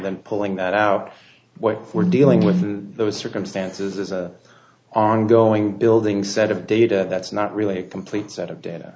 then pulling that out what we're dealing with in those circumstances is a ongoing building set of data that's not really a complete set of data